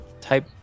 type